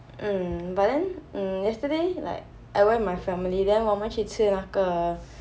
um but then um yesterday like I went with my family then 我们去吃那个